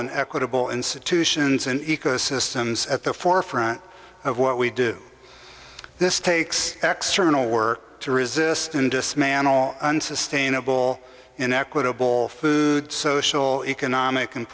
an equitable institutions in ecosystems at the forefront of what we do this takes extra work to resist and dismantle unsustainable inequitable food social economic and